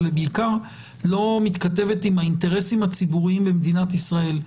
בעיקר לא מתכתבת עם האינטרסים הציבוריים במדינת ישראל.